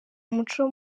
umuco